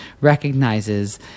recognizes